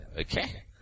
Okay